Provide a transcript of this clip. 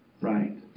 right